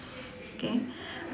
okay